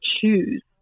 choose